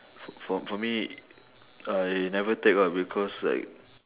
f~ for for me I never take ah because like